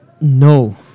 No